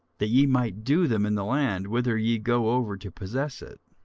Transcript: that ye might do them in the land whither ye go over to possess it.